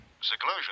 Seclusion